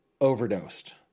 overdosed